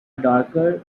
darker